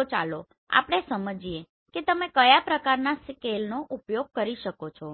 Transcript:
તો ચાલો આપણે સમજીએ કે તમે કયા પ્રકારનાં સ્કેલનો ઉપયોગ કરી શકો છો